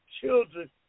children